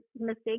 mistakes